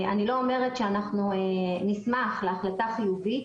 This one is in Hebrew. אני לא אומרת שאנחנו נשמח להחלטה חיובית.